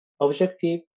objective